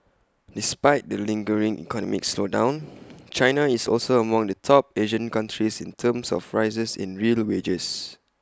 despite the lingering economic slowdown China is also among the top Asian countries in terms of rises in real wages